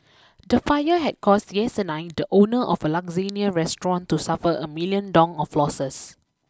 the fire had caused Yesenia the owner of a Lasagne restaurant to suffer a million Dong of losses